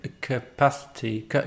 capacity